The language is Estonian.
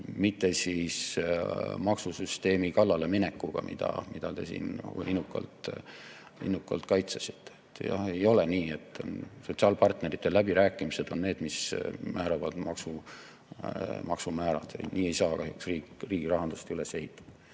mitte maksusüsteemi kallale minekuga, mida te siin innukalt kaitsesite. Ei ole nii, et sotsiaalpartneritega läbirääkimised on need, mis määravad maksumäärad. Nii ei saa kahjuks riigirahandust üles ehitada.